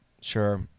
sure